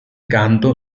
canto